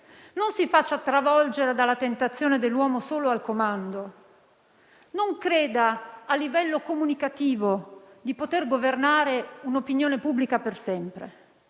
Non si faccia travolgere dalla tentazione dell'uomo solo al comando. Non creda, a livello comunicativo, di poter governare un'opinione pubblica per sempre.